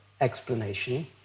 explanation